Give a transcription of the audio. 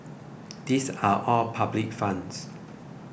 these are all public funds